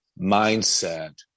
mindset